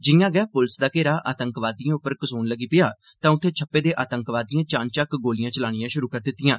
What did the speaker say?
जिआं गै पुलस दा घेरा आतंकवादिएं उप्पर कसोन लगी पेआ तां उत्थे छप्पे दे आतंकवादिए चानचक्क गोलियां चलानियां शुरु करी दित्तिआं